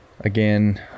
again